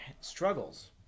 struggles